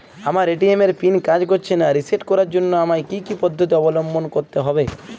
আমার এ.টি.এম এর পিন কাজ করছে না রিসেট করার জন্য আমায় কী কী পদ্ধতি অবলম্বন করতে হবে?